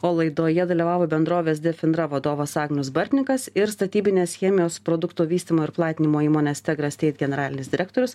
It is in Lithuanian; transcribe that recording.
o laidoje dalyvavo bendrovės defindra vadovas agnius bartninkas ir statybinės chemijos produktų vystymo ir platinimo įmonės tegrasteit generalinis direktorius